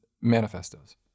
manifestos